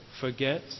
forget